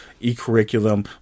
e-curriculum